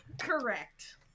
correct